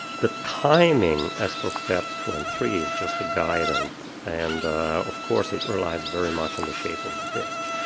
the timing as for steps two and three is just a guide and, and of course, it relies very much on the shape of the discs.